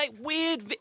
weird